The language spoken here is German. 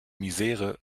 misere